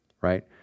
right